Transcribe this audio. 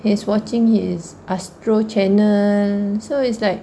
his watching his astro channel so it's like